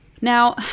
Now